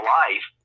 life